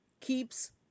keeps